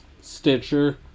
Stitcher